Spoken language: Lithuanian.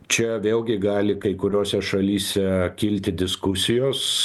čia vėlgi gali kai kuriose šalyse kilti diskusijos